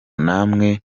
namwe